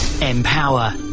Empower